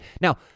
Now